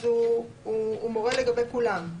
אז הוא מורה לגבי לכולם.